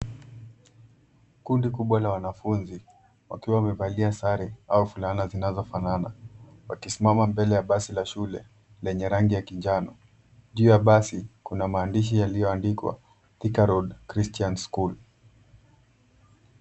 Kundi kubwa la wanafunzi, wakiwa wamevalia sare au fulana zinazofanana, wakisimama mbele ya basi la shule lenye rangi ya kinjano. Juu ya basi kuna maandishi yaliyoandikwa Thika Road Christian School.